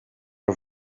een